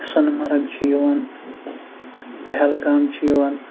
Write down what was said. سۄنہٕ مرٕگ چھِ یِوان پہلگام چھِ یِوان